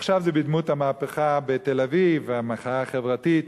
עכשיו זה בדמות המהפכה בתל-אביב והמחאה החברתית,